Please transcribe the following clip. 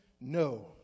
no